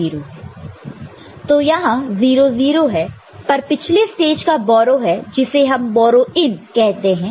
तो यहां 0 0 है पर पिछले स्टेज का बोरो है जिसे हम बोरो इन कहते हैं